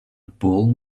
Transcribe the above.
pole